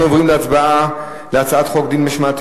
אנחנו עוברים להצבעה על הצעת חוק דין משמעתי